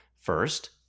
First